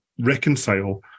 reconcile